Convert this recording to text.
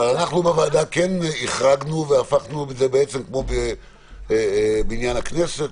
אבל אנחנו בוועדה כן החרגנו והפכנו את זה בעצם כמו בניין הכנסת.